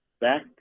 back